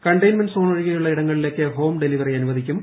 containment zone ഒഴികെയുള്ള ഇടങ്ങളിലേക്ക് home delivery അനുവദിക്കും